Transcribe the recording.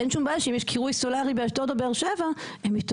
אין שום בעיה שאם יש קירוי סולרי באשדוד